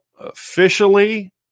officially